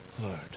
Lord